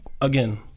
again